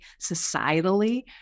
societally